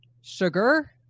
Sugar